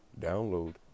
download